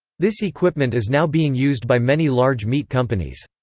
this equipment is now being used by many large meat companies.